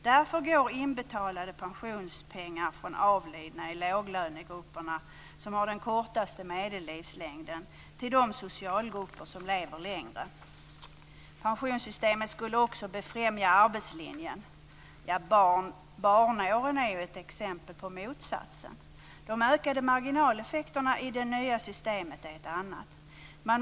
Därför går inbetalade pensionspengar från avlidna i låglönegrupperna, som har den kortaste medellivslängden, till de socialgrupper som lever längre. Pensionssystemet skulle också befrämja arbetslinjen. Barnåren är ju ett exempel på motsatsen. De ökade marginaleffekterna i det nya systemet är ett annat.